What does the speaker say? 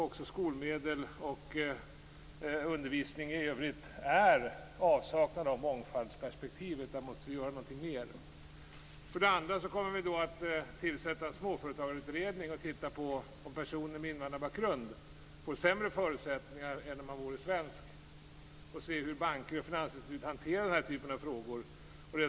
Också skolmedel och undervisning i övrigt är i avsaknad av mångfaldsperspektivet. Här måste vi göra någonting mer. Den andra frågan är att vi skall tillsätta en småföretagarutredning som skall titta närmare på om personer med invandrarbakgrund får sämre förutsättningar än de hade fått om de hade varit svenska och på hur banker och finansinstitut hanterar den här typen av frågor.